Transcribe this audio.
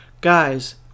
Guys